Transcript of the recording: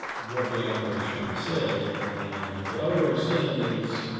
what the allegory is trying to say. and what the allegory is saying is,